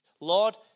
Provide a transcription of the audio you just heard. Lord